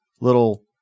little